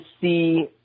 see –